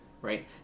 right